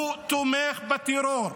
הוא תומך טרור.